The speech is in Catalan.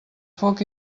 foc